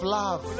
love